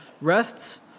rests